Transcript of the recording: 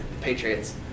Patriots